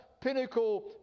pinnacle